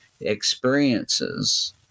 experiences